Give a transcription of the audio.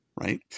right